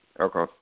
Okay